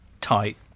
tight